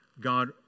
God